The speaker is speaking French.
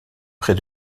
près